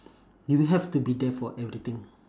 you have to be there for everything